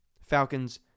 Falcons